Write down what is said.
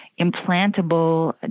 implantable